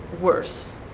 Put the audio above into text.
worse